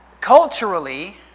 culturally